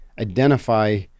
identify